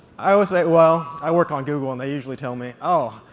i always say, well, i work on google, and they usually tell me, oh,